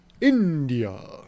India